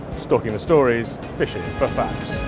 stalking the stories. fishing for facts.